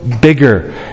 bigger